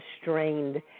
strained